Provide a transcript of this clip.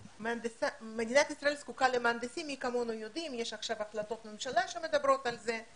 יש עכשיו החלטות ממשלה שמדברות על זה.